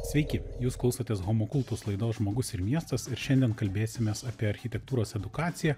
sveiki jūs klausotės homo kultus laidos žmogus ir miestas ir šiandien kalbėsimės apie architektūros edukaciją